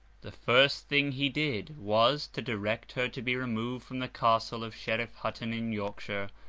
the first thing he did, was, to direct her to be removed from the castle of sheriff hutton in yorkshire,